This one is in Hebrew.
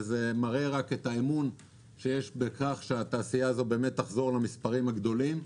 וזה מעיד על האמון שיש בכך שהתעשייה הזאת תחזור למספרים הגדולים.